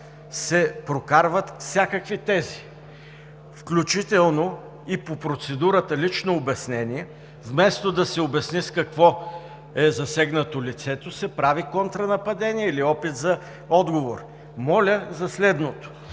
се прокарват всякакви тези, включително и по процедурата лично обяснение, вместо да се обясни с какво е засегнато лицето, се прави контра нападение или опит за отговор. Моля за следното: